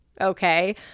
okay